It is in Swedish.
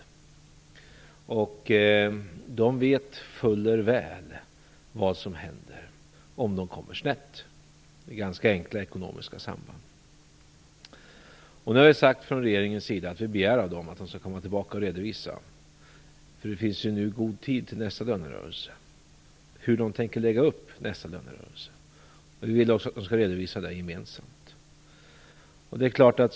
De vet fuller väl vad som händer om de kommer snett. Det är ganska enkla ekonomiska samband. Vi i regeringen har sagt att vi begär av dem att de skall komma tillbaka och redovisa, det är ju god tid fram till nästa lönerörelse, hur de tänker lägga upp nästa lönerörelse. Vi vill också att de skall redovisa detta gemensamt.